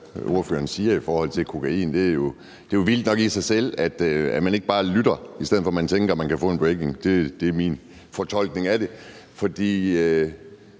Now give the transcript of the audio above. ordføreren siger i forhold til kokain. Det er jo vildt nok i sig selv, at man ikke bare lytter i stedet for at tænke, at man kan komme med breaking news. Det er min fortolkning af det. Det